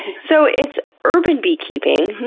so, it's urban beekeeping,